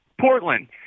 Portland